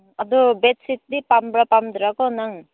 ꯑꯗꯨ ꯕꯦꯗꯁꯤꯠꯇꯤ ꯄꯥꯝꯕ꯭ꯔ ꯄꯥꯝꯗ꯭ꯔꯀꯣ ꯅꯪ